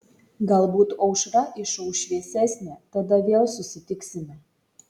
galbūt aušra išauš šviesesnė tada vėl susitiksime